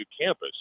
campus